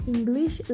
English